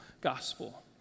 gospel